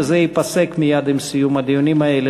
וזה ייפסק מייד עם סיום הדיונים האלה.